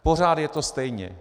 Pořád je to stejné.